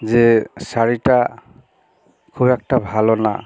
যে শাড়িটা খুব একটা ভালো না